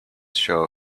show